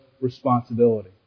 responsibility